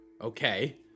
okay